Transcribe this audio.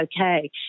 okay